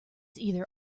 either